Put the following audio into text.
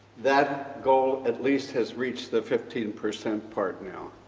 that goal at least has reached the fifteen percent part now,